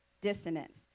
dissonance